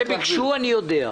שביקשו, אני יודע.